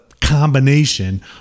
combination